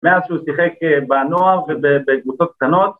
מאז שהוא שיחק בנוער ובקבוצות קטנות